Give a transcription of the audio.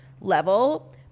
level